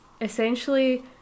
essentially